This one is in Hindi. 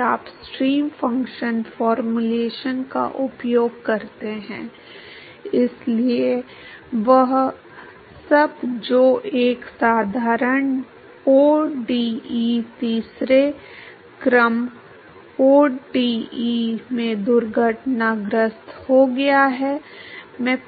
तो यह होगा mu में uinfinity u infinity का वर्गमूल nu x गुणा d वर्ग f बटा deta वर्ग at eta 0 के बराबर rho uinfinity वर्ग से 2 ओके से विभाजित इसलिए अगर मैं ईटा के संबंध में अपने फ़ंक्शन f के दूसरे व्युत्पन्न को जानता हूं तो मैं